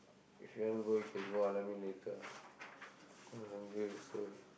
if you want to go you can go lah let me later cause I hungry also